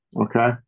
Okay